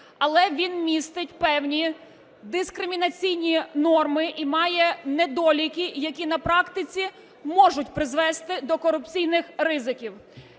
але він містить певні дискримінаційні норми і має недоліки, які на практиці можуть призвести до корупційних ризиків.